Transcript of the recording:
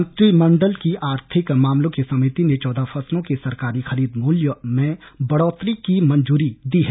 मंत्रिमंडल की आर्थिक मामलों की समिति ने चौदह फसलों के सरकारी खरीद मूल्य में बढ़ोतरी की मंजूरी दी है